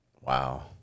Wow